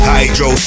Hydro